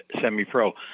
semi-pro